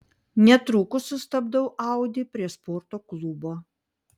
netrukus sustabdau audi prie sporto klubo